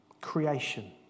Creation